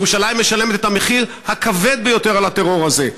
ירושלים משלמת את המחיר הכבד ביותר על הטרור הזה,